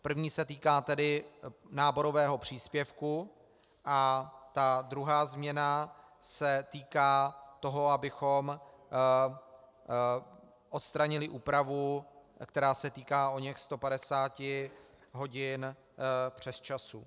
První se týká náborového příspěvku a ta druhá změna se týká toho, abychom odstranili úpravu, která se týká oněch 150 hodin přesčasů.